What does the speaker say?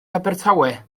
abertawe